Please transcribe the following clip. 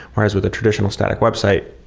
whereas with a traditional static website,